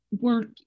work